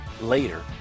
later